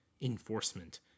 enforcement